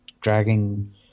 dragging